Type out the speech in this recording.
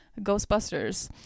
Ghostbusters